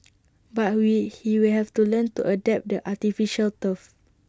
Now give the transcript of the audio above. but we he will have to learn to adapt the artificial turf